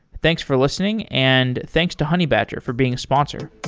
thanks for listening, and thanks to honeybadger for being a sponsor.